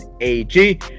AG